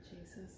Jesus